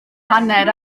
hanner